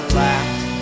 laughed